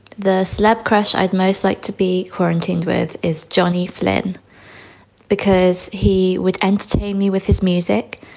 the slap crash i'd most like to be quarantined with is johnny flynn because he would entertain me with his music,